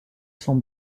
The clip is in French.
sont